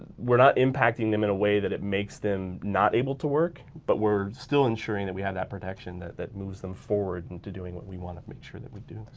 we're not impacting them in a way that it makes them not able to work but we're still ensuring that we have that protection that that moves them forward into doing what we wanna make sure that we do.